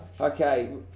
okay